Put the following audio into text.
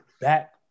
back